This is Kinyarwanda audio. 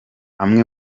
amwe